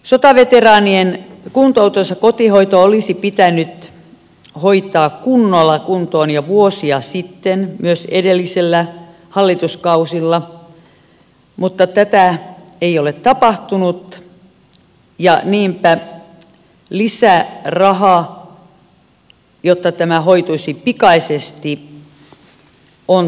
sotaveteraanien kuntoutus ja kotihoito olisi pitänyt hoitaa kunnolla kuntoon jo vuosia sitten myös edellisillä hallituskausilla mutta tätä ei ole tapahtunut ja niinpä lisäraha jotta tämä hoituisi pikaisesti on tarpeeseen